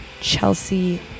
Chelsea